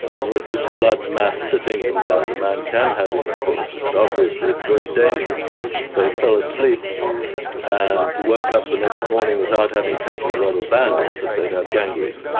and with this blood mass sitting in there the man can have intercourse, and obviously it's very dangerous. if they fell asleep and woke up the next morning without having taken the rubber band off it they'd have gangrene.